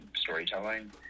storytelling